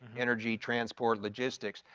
energy transport logistics,